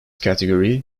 category